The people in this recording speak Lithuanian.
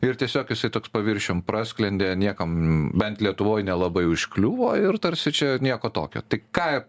ir tiesiog jisai toks paviršium prasklendė niekam bent lietuvoj nelabai užkliuvo ir tarsi čia nieko tokio tai ką